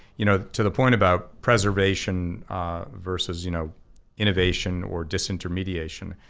you know to the point about preservation versus you know innovation or disintermediation,